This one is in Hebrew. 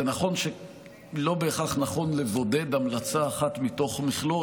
זה נכון שלא בהכרח נכון לבודד המלצה אחת מתוך מכלול,